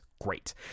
great